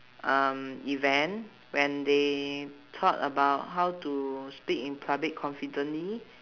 um event when they talk about how to speak in public confidently